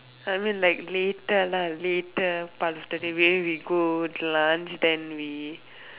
I mean like later lah later part of the day maybe we go lunch then we